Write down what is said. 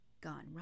gone